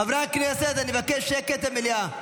חברי הכנסת, אני מבקש שקט במליאה.